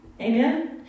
Amen